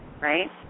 right